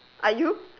are you